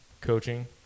coaching